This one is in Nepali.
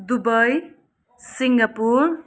Dubai Singapore